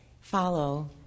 follow